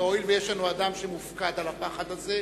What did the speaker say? הואיל ויש לנו אדם שמופקד על הפחד הזה,